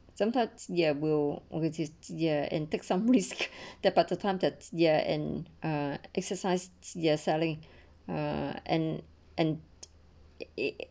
sometimes ya will which is ya and take some risk that but the time that ya and uh exercise there selling uh and and a